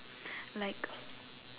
like